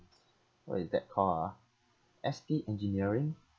what is that call ah S_T engineering